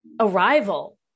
arrival